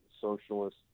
socialist